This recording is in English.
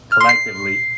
Collectively